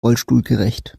rollstuhlgerecht